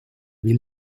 will